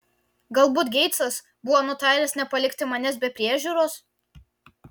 galbūt geitsas buvo nutaręs nepalikti manęs be priežiūros